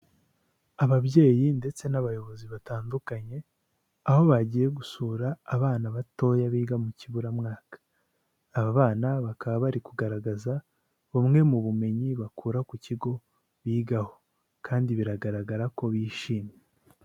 Ababyeyi ndetse n'abayobozi batandukanye aho bagiye gusura abana batoya biga mu kiburamwaka aba bana bakaba bari kugaragaza bumwe mu bumenyi bakura ku kigo bigaho kandi biragaragara ko bishimye.